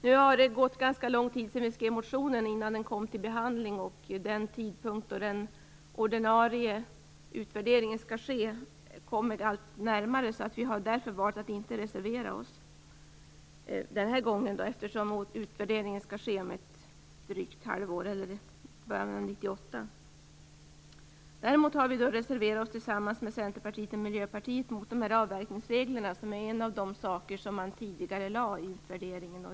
Det hade gått ganska lång tid sedan vi skrev motionen när den kom upp till behandling, och den tidpunkt då den ordinarie utvärderingen skall ske kommer allt närmare. Vi har därför valt att inte reservera oss den här gången. Utvärderingen skall ske i början av 1998. Däremot har vi reserverat oss tillsammans med Centerpartiet och Miljöpartiet mot avverkningsreglerna, som är en av de saker som tidigarelades i utvärderingen.